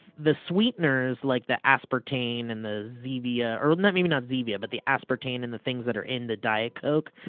the sweeteners like the aspartane and the zevia or and maybe not zevia but the aspartane and the things that are in the diet coke